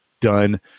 done